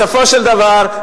בסופו של דבר,